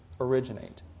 originate